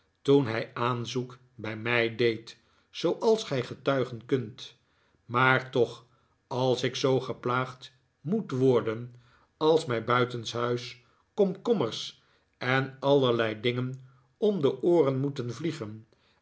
toen hij aanzoek bij mij deed zooals gij getuigen kunt maar toch als ik zoo geplaagd moet worden als mij buitenshuis komkommers en allerlei dingen om de ooren moeten vliegen